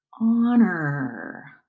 Honor